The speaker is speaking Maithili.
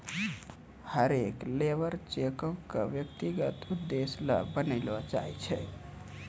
हरेक लेबर चेको क व्यक्तिगत उद्देश्य ल बनैलो जाय छै